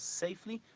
safely